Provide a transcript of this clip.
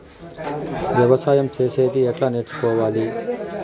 వ్యవసాయం చేసేది ఎట్లా నేర్చుకోవాలి?